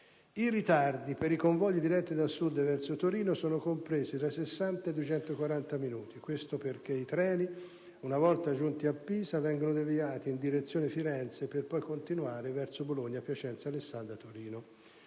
I ritardi per i convogli diretti da Sud verso Torino sono compresi tra i 60 e i 240 minuti. Questo perché i treni, una volta giunti a Pisa, vengono deviati in direzione Firenze per poi continuare verso Bologna, Piacenza, Alessandria e Torino.